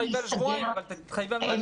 תתחייבי על שבועיים, אבל תתחייבי על משהו.